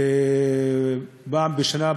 פעם בשנה,